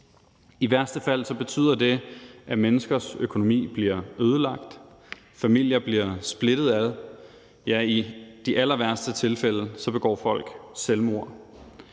I værste fald betyder det, at menneskers økonomi bliver ødelagt, familier bliver splittet ad, ja, i de allerværste tilfælde begår folk selvmord.